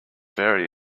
very